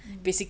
mmhmm